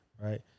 right